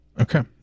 okay